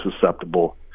susceptible